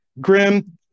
Grim